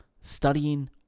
studying